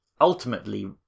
ultimately